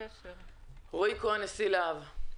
רועי כהן, נשיא לה"ב,